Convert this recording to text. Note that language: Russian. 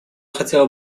хотела